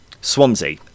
Swansea